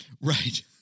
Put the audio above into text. right